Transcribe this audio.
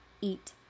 eat